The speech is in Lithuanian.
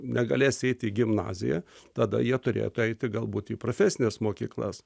negalės eiti į gimnaziją tada jie turėtų eiti galbūt į profesines mokyklas